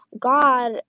God